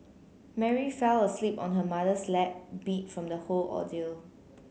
Mary fell asleep on her mother's lap beat from the whole ordeal